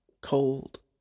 cold